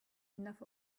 enough